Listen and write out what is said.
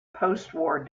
postwar